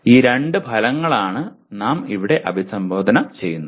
ഈ രണ്ട് ഫലങ്ങളാണ് ഞങ്ങൾ ഇവിടെ അഭിസംബോധന ചെയ്യുന്നത്